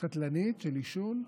קטלנית של עישון,